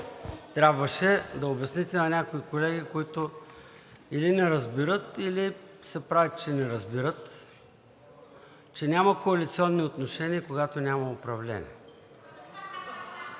трябваше… да обясните на някои колеги, които или не разбират, или се правят, че не разбират, че няма коалиционни отношения, когато няма управление.